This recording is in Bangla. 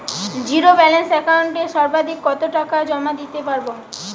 জীরো ব্যালান্স একাউন্টে সর্বাধিক কত টাকা জমা দিতে পারব?